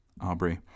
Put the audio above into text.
Aubrey